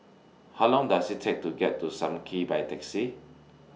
How Long Does IT Take to get to SAM Kee By Taxi